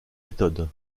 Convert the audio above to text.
méthode